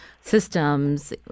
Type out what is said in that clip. systems